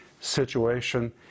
situation